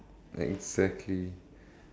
exactly